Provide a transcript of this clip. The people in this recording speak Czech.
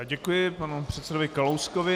Děkuji panu předsedovi Kalouskovi.